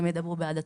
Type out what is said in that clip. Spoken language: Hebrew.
והם ידברו בעד עצמם.